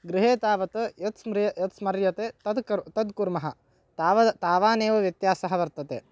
गृहे तावत् यत् स्मृ यत् स्मर्यते तत् कर् तत् कुर्मः तावद् तावान् एव व्यत्यासः वर्तते